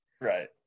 right